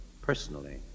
personally